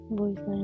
voice